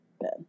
Ben